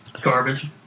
garbage